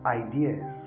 ideas